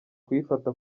kuyifata